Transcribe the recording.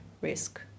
risk